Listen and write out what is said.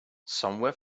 somewhere